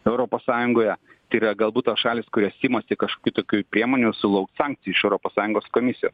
europos sąjungoje tai yra galbūt tos šalys kurios imasi kažkokių tokių priemonių sulauks sankcijų iš europos sąjungos komisijos